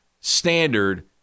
standard